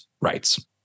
rights